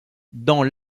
dans